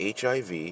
HIV